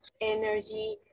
energy